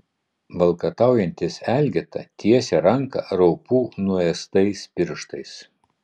valkataujantis elgeta tiesia ranką raupų nuėstais pirštais